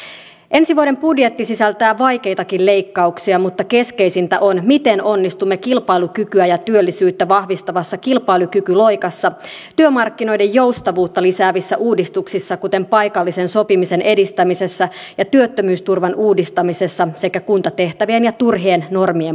ensi vuoden budjetti sisältää vaikeitakin leikkauksia mutta keskeisintä on miten onnistumme kilpailukykyä ja työllisyyttä vahvistavassa kilpailukykyloikassa työmarkkinoiden joustavuutta lisäävissä uudistuksissa kuten paikallisen sopimisen edistämisessä ja työttömyysturvan uudistamisessa sekä kuntatehtävien ja turhien normien purkamisessa